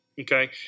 okay